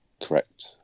Correct